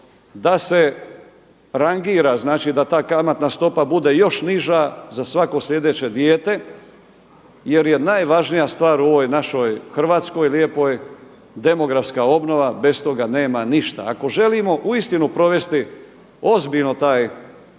da se rangira. Znači da ta kamatna stopa bude još niža za svako sljedeće dijete, jer je najvažnija stvar u ovoj našoj Hrvatskoj lijepoj demografska obnova. Bez toga nema ništa. Ako želimo uistinu provesti ozbiljno taj